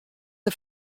der